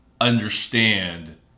understand